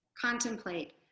Contemplate